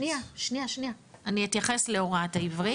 שנייה, אני אתייחס להוראת העברית.